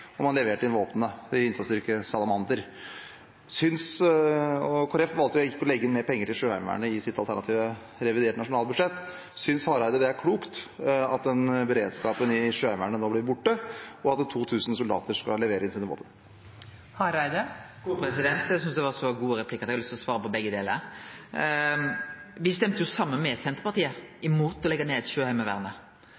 og man leverte inn våpnene – dette gjelder Innsatsstyrke Salamander – og Kristelig Folkeparti valgte ikke å legge inn mer penger til Sjøheimevernet i sitt alternative reviderte nasjonalbudsjett. Synes Hareide det er klokt at den beredskapen i Sjøheimevernet nå blir borte, og at 2 000 soldater skal levere inn sine våpen? Eg synest det var så gode replikkar at eg har lyst til å svare på begge deler. Me stemte saman med Senterpartiet